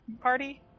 party